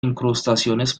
incrustaciones